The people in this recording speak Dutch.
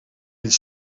niet